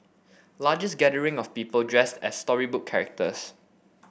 largest gathering of people dressed as storybook characters